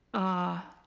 ah,